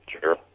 sure